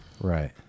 right